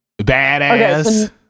Badass